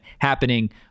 happening